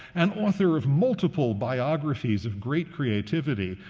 and author of multiple biographies of great creativity.